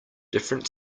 different